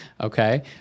Okay